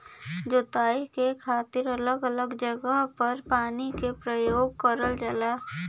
जोताई क खातिर अलग अलग जगह पर पानी क परयोग करल जाला